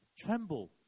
tremble